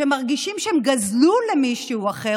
שמרגישים שהם גזלו למישהו אחר,